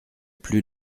plus